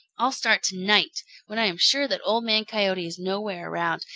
i'll start tonight when i am sure that old man coyote is nowhere around,